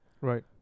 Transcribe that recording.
Right